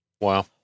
Wow